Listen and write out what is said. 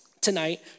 tonight